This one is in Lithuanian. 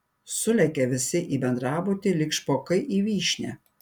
sulėkė visi į bendrabutį lyg špokai į vyšnią